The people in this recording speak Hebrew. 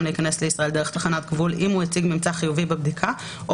להיכנס לישראל דרך תחנת גבול אם הוא הציג ממצא חיובי בבדקה או